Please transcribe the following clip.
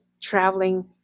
traveling